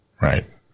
right